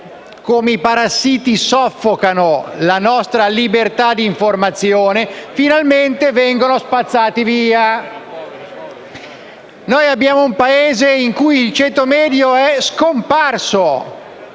come parassiti soffocano la nostra libertà d'informazione, finalmente vengono spazzati via. Il nostro è un Paese in cui il ceto medio è scomparso